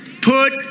put